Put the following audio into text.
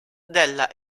della